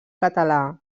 català